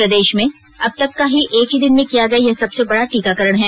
प्रदेश में अब तक का एक ही दिन में किया गया यह सबसे बड़ा टीकाकरण है